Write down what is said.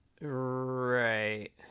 Right